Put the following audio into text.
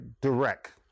direct